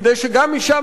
כדי שגם משם,